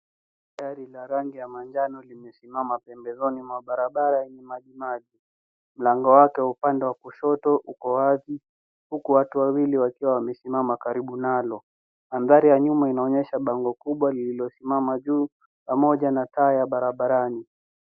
Gari la rangi ya manjano limesimama pembezoni mwa barabara yenye majimaji. Mlango wake wa upande wa kushoto uko wazi huku watu wawili wakiwa wamesimama karibu nalo. Mandhari ya nyuma inaonyesha bango kubwa lililosimama juu pamoja na taa ya barabarani.